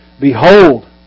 Behold